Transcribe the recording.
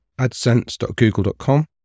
adsense.google.com